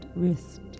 wrist